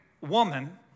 woman